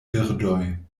birdoj